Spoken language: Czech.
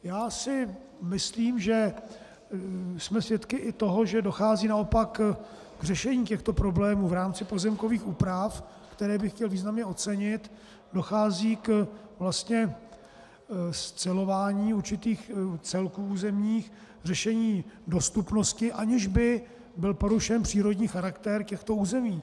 Já si myslím, že jsme svědky i toho, že dochází naopak k řešení těchto problémů v rámci pozemkových úprav, které bych chtěl významně ocenit, dochází k scelování určitých územních celků, řešení dostupnosti, aniž by byl porušen přírodní charakter těchto území.